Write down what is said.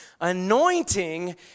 Anointing